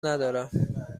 ندارم